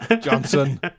Johnson